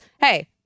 hey